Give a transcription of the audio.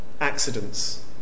accidents